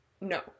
No